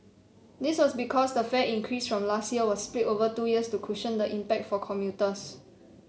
this was because the fare increase from last year was split over two years to cushion the impact for commuters